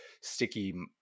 sticky